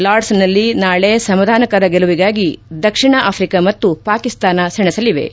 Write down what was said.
ಲಾರ್ಡ್ಸ್ನಲ್ಲಿ ನಾಳೆ ಸಮಾಧಾನಕರ ಗೆಲುವಿಗಾಗಿ ದಕ್ಷಿಣ ಆಫ್ರಿಕಾ ಮತ್ತು ಪಾಕಿಸ್ತಾನ ಸೆಣಸಲಿವೆ